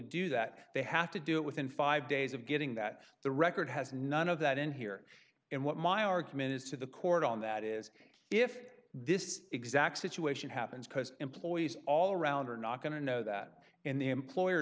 do that they have to do it within five days of getting that the record has none of that in here and what my argument is to the court on that is if this exact situation happens because employees all around are not going to know that in the employer